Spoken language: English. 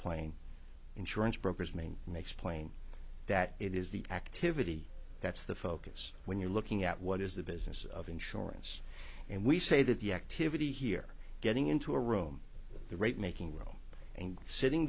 playing insurance brokers main makes plain that it is the activity that's the focus when you're looking at what is the business of insurance and we say that the activity here getting into a room the rate making real and sitting